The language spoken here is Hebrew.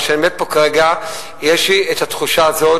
אבל כשאני עומד פה כרגע יש לי התחושה הזאת,